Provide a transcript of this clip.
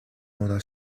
una